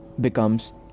becomes